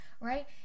Right